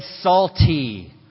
salty